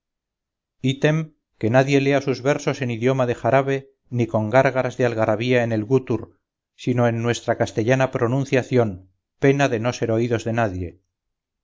item que nadie lea sus versos en idioma de jarabe ni con gárgaras de algarabía en el gútur sino en nuestra castellana pronunciación pena de no ser oídos de nadie